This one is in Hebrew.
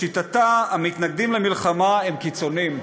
לשיטתה, המתנגדים למלחמה הם קיצונים.